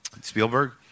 Spielberg